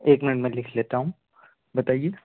एक मिनट मैं लिख लेता हूँ बताइए